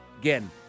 Again